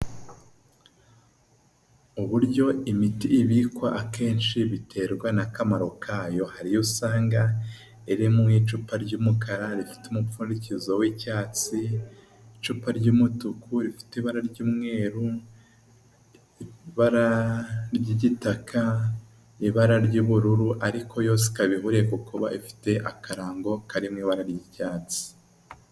Uburyo imiti ibikwa akenshi biterwa n'akamaro kayo hariyo usanga iri mu icupa ry'umukara rifite umupfundikizo w'icyatsi, icupa ry'umutuku rifite ibara ry'umweru, ibara ry'igitaka, ibara ry'ubururu ariko yose ikaba ihure kuko ifite akarango kari mu ibara ry'icyatsi.